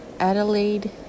Adelaide